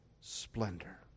splendor